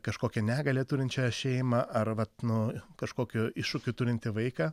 kažkokią negalią turinčią šeimą ar vat nu kažkokių iššūkių turintį vaiką